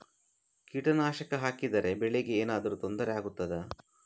ಕೀಟನಾಶಕ ಹಾಕಿದರೆ ಬೆಳೆಗೆ ಏನಾದರೂ ತೊಂದರೆ ಆಗುತ್ತದಾ?